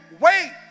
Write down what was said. wait